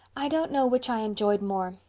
i don't know which i enjoyed more.